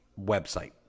website